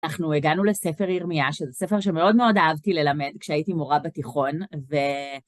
אנחנו הגענו לספר ירמיה, שזה ספר שמאוד מאוד אהבתי ללמד כשהייתי מורה בתיכון ו...